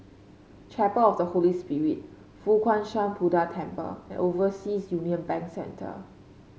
Chapel of the Holy Spirit Fo Guang Shan Buddha Temple and Overseas Union Bank Centre